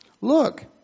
Look